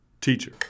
Teacher